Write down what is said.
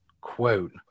quote